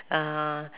uh